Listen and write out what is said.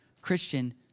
Christian